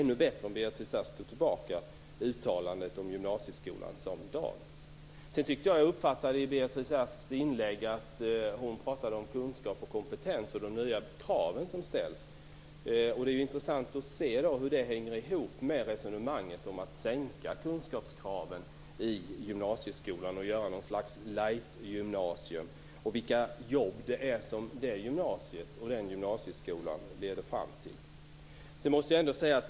Ännu bättre vore det om hon tog tillbaka sitt uttalande om gymnasieskolan som dagis. I Beatrice Asks tidigare inlägg tyckte jag att hon talade om kunskap och kompetens liksom om de nya krav som ställs. Det är intressant att se hur det hänger ihop med resonemanget om att sänka kunskapskraven i gymnasieskolan och att göra ett slags light gymnasium, liksom vilka jobb den gymnasieskolan leder till.